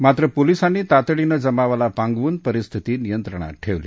मात्र पोलिसांनी तातडीनं जमावाला पांगवून परिस्थिती नियंत्रणात ठेवली